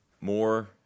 more